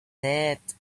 cent